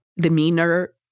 demeanor